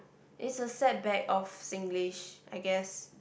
is a setback of Singlish I guess